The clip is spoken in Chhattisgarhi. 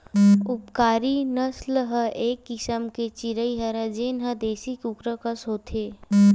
उपकारी नसल ह एक किसम के चिरई हरय जेन ह देसी कुकरा कस होथे